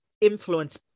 influence